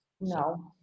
No